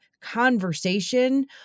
conversation